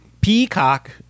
peacock